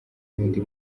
y’undi